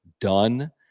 done